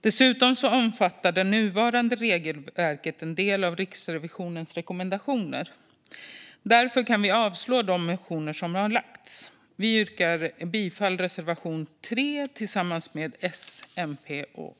Dessutom omfattar det nuvarande regelverket en del av Riksrevisionens rekommendationer. Därför kan vi avslå de motioner som lagts fram. Jag yrkar bifall till reservation 3 från Vänsterpartiet tillsammans med S, MP och L.